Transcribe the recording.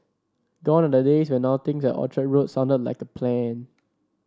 gone are the days when outings at Orchard Road sounded like a plan